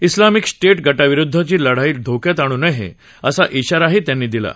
Islamic State गटाविरुद्धची लढाई धोक्यात आणू नये असा इशाराही त्यांनी दिला आहे